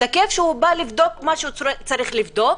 תקף הוא בא לבדוק מה שצריך לבדוק,